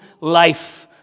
life